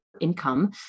income